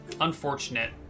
Unfortunate